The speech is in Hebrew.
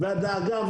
הדאגה,